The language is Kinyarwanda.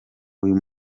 uyu